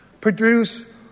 produce